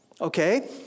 okay